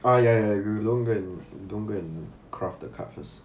ah ya ya don't go and don't go and craft the card first